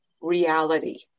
reality